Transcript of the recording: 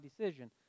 decision